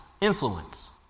influence